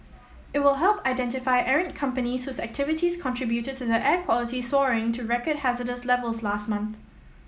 it will help identify errant companies whose activities contributed to the air quality soaring to record hazardous levels last month